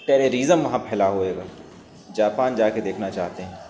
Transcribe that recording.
terrorism وہاں پھیلا ہوا ہوئے گا جاپان جا کے دیکھنا چاہتے ہیں